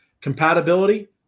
compatibility